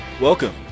Welcome